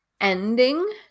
ending